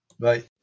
bye